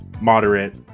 moderate